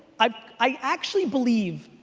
i i actually believe,